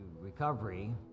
recovery